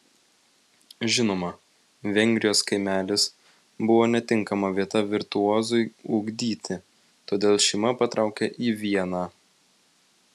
žinoma vengrijos kaimelis buvo netinkama vieta virtuozui ugdyti todėl šeima patraukė į vieną